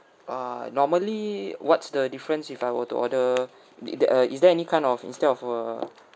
uh normally what's the difference if I were to order did that uh is there any kind of instead of uh